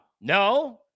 No